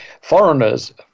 foreigners